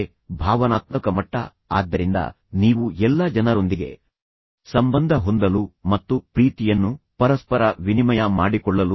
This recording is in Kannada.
ಇಲ್ಲಿ ಈ ಸಂದರ್ಭದಲ್ಲಿ ಪ್ರಚೋದನಕಾರಿ ಎಂದು ಎಲ್ಲರೂ ಭಾವಿಸಿದ್ದರು ಬದಲಿಗೆ ಅವರು ಅದನ್ನು ಆ ರೀತಿಯಲ್ಲಿ ಉದ್ದೇಶಿಸಿರಲಿಲ್ಲ ಎಂದು ಭಾವಿಸಿದ್ದರು